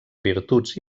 virtuts